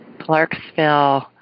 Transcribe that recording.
Clarksville